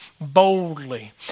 boldly